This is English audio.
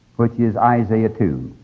which is isaiah two,